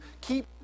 keep